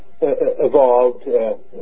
evolved